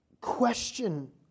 question